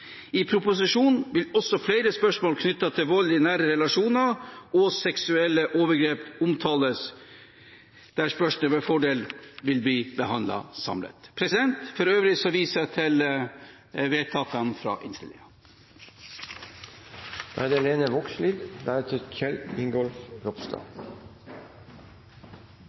I proposisjonen vil også flere spørsmål knyttet til vold i nære relasjoner og seksuelle overgrep omtales, der spørsmålene med fordel vil bli behandlet samlet. For øvrig viser jeg til forslagene til vedtak fra